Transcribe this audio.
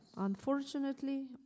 Unfortunately